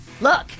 Look